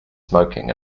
smoking